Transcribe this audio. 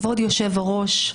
כבוד היושב-ראש,